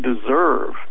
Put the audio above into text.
deserve